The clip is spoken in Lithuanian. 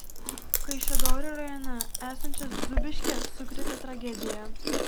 kaišiadorių rajone esančias zūbiškes sukrėtė tragedija